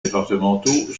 départementaux